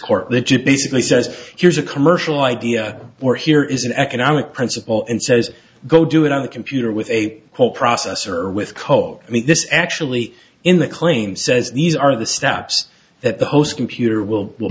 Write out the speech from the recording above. court that you basically says here's a commercial idea or here is an economic principle and says go do it on a computer with a whole processor with code this actually in the claim says these are the steps that the host computer will